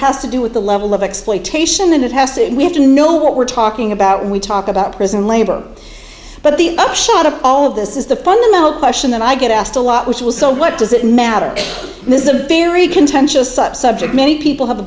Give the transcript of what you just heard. has to do with the level of exploitation and it has to we have to know what we're talking about when we talk about prison labor but the upshot of all of this is the fundamental question that i get asked a lot which was so what does it matter this is a very contentious up subject many people have